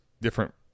Different